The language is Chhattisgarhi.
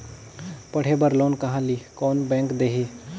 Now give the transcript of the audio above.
पढ़े बर लोन कहा ली? कोन बैंक देही?